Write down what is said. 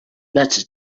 better